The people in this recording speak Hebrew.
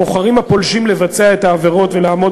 הפולשים בוחרים לבצע את העבירות ולעמוד